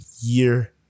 year